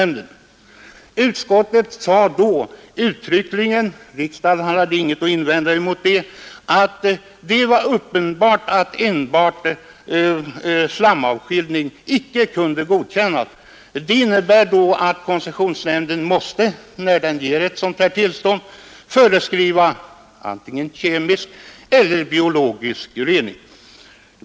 Tredje lagutskottet sade då uttryckligen — riksdagen hade ingenting att invända emot det — att det var uppenbart att enbart slamavskiljning som reningsmetod icke kunde godkännas. Koncessionsnämnden måste alltså när den ger tillstånd av nyssnämnt slag föreskriva antingen kemisk eller biologisk rening.